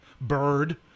bird